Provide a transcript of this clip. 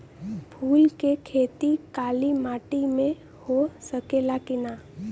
फूल के खेती काली माटी में हो सकेला की ना?